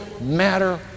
matter